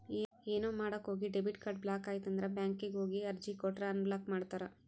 ಏನೋ ಮಾಡಕ ಹೋಗಿ ಡೆಬಿಟ್ ಕಾರ್ಡ್ ಬ್ಲಾಕ್ ಆಯ್ತಂದ್ರ ಬ್ಯಾಂಕಿಗ್ ಹೋಗಿ ಅರ್ಜಿ ಕೊಟ್ರ ಅನ್ಬ್ಲಾಕ್ ಮಾಡ್ತಾರಾ